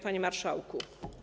Panie Marszałku!